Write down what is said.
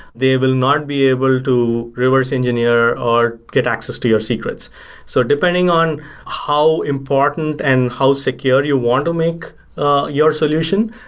they will not be able to reverse-engineer, or get access to your secrets so depending on how important and how secure you want to make ah your solution,